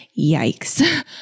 Yikes